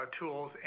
tools